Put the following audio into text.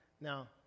now